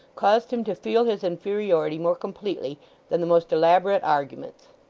caused him to feel his inferiority more completely than the most elaborate arguments.